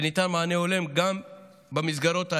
וניתן מענה הולם גם במסגרות האלה.